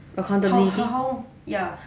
accountability